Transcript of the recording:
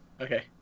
Okay